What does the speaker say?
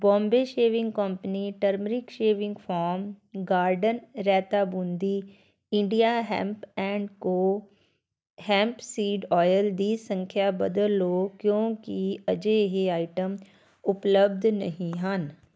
Bombay shaving company turmeric shaving foam garden raita boondi India hemp and co hemp seed oil ਦੀ ਸੰਖਿਆ ਬਦਲ ਲਉ ਕਿਉਂਕਿ ਅਜੇ ਇਹ ਆਈਟਮ ਉਪਲੱਬਧ ਨਹੀਂ ਹਨ